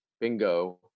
bingo